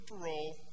parole